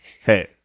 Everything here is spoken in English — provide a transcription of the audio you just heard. Hey